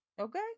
okay